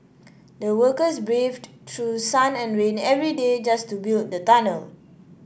the workers braved through sun and rain every day just to build the tunnel